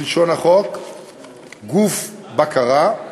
בלשון החוק "גוף בקרה",